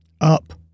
up